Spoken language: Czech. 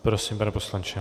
Prosím, pane poslanče.